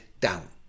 down